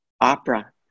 opera